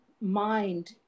mind